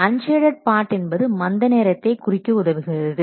unshaded part என்பது மந்த நேரத்தை குறைக்க உதவுகிறது